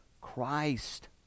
Christ